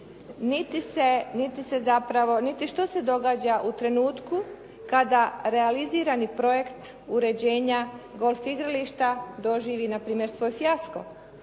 niti se zapravo, niti što se događa u trenutku kada realizirani projekt uređenja golf igrališta doživi na primjer svoj fijasko.